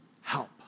help